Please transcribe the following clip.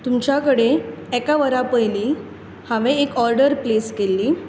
तुमच्या कडेन एका वरा पयली हांवे एक ऑर्डर प्लेस केल्ली